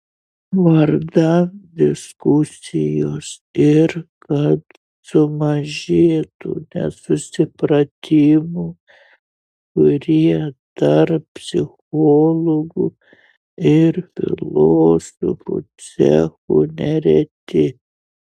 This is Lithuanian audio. vardan diskusijos ir kad sumažėtų nesusipratimų kurie tarp psichologų ir filosofų cechų nereti